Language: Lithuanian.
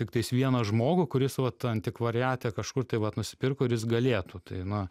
tiktais vieną žmogų kuris vat antikvariate kažkur tai vat nusipirko ir jis galėtų tai na